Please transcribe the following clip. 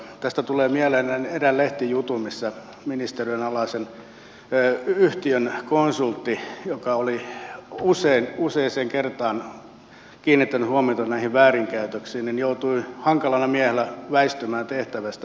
tästä tulee mieleen eräs lehtijuttu missä ministeriön alaisen yhtiön konsultti joka oli useaan kertaan kiinnittänyt huomiota näihin väärinkäytöksiin joutui hankalana miehenä väistymään tehtävästään